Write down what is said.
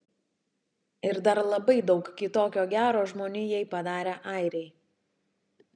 ir dar labai daug kitokio gero žmonijai padarę airiai